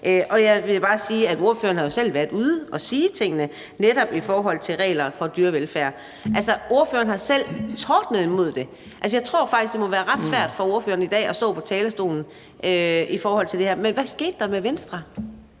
Og jeg vil bare sige, at ordføreren jo selv har været ude at sige tingene netop i forhold til regler for dyrevelfærd. Altså, ordføreren har selv tordnet imod det her. Jeg tror faktisk, det må være ret svært for ordføreren i dag at stå på talerstolen i forhold til det her. Men hvad skete der med Venstre?